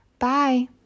Bye